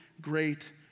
great